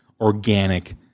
organic